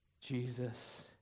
Jesus